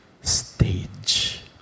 stage